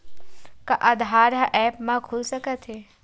का आधार ह ऐप म खुल सकत हे?